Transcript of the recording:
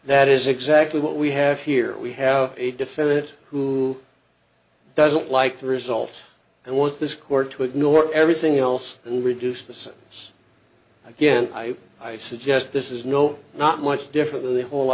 that is exactly what we have here we have a defendant who doesn't like the results and wants this court to ignore everything else and reduce the sentence again i suggest this is no not much different than the whole